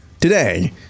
today